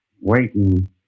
waiting